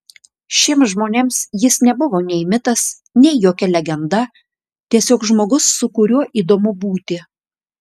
šiems žmonėms jis nebuvo nei mitas nei jokia legenda tiesiog žmogus su kuriuo įdomu būti